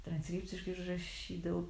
transkripciškai užrašydavau